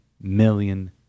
million